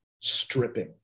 stripping